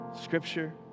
Scripture